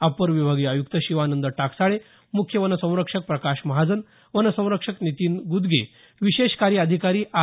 upper विभागीय आयुक्त शिवानंद टाकसाळे मुख्य वनसंरक्षक प्रकाश महाजन वनसंरक्षक नितीन ग्दगे विशेष कार्य अधिकारी आर